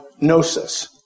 gnosis